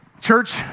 Church